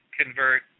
convert